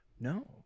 No